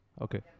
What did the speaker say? Okay